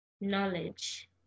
knowledge